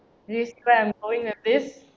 is this where I'm going with this